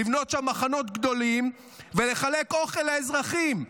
לבנות שם מחנות גדולים ולחלק אוכל לאזרחים.